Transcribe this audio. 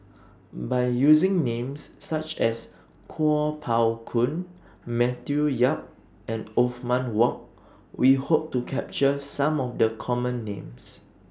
By using Names such as Kuo Pao Kun Matthew Yap and Othman Wok We Hope to capture Some of The Common Names